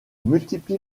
multiplie